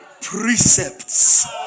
precepts